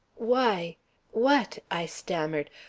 why what? i stammered.